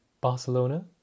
Barcelona